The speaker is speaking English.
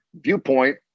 viewpoint